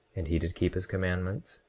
and he did keep his commandments,